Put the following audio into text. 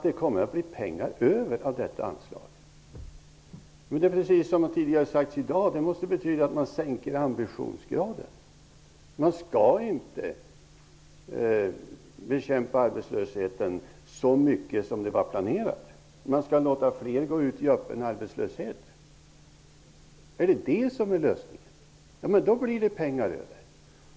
Det måste betyda, precis som har sagts tidigare i dag, att man sänker ambitionsgraden, dvs. att man inte skall bekämpa arbetslösheten så mycket som det var planerat, utan låta fler gå ut i öppen arbetslöshet. Är det lösningen? Då blir det pengar över.